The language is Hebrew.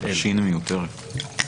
את אלה: